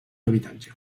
habitatge